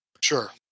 Sure